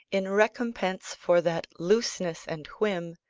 in recompense for that looseness and whim,